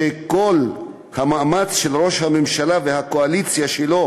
שכל המאמץ של ראש הממשלה והקואליציה שלו